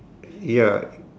ya